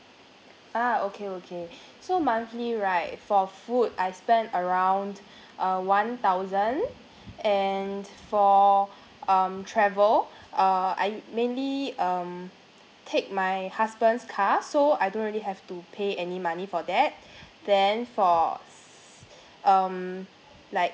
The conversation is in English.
ah okay okay so monthly right for food I spend around uh one thousand and for um travel uh I mainly um take my husband's car so I don't really have to pay any money for that then for s~ um like